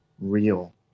real